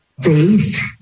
faith